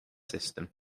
system